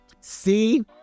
see